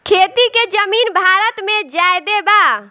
खेती के जमीन भारत मे ज्यादे बा